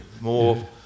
more